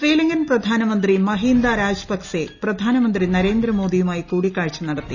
ശ്രീലങ്കൻ പ്രധാനമന്ത്രി മഹീന്ദ രാജപക്സെ പ്രധാനമന്ത്രി നരേന്ദ്രമോദിയുമായി കൂടിക്കാഴ്ച നടത്തി